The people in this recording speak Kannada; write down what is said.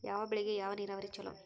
ಯಾವ ಬೆಳಿಗೆ ಯಾವ ನೇರಾವರಿ ಛಲೋ?